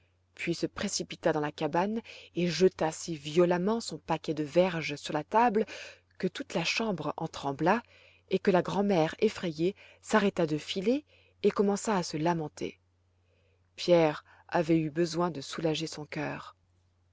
puis se précipita dans la cabane et jeta si violemment son paquet de verges sur la table que toute la chambre en trembla et que la grand'mère effrayée s'arrêta de filer et commença à se lamenter pierre avait eu besoin de soulager son cœur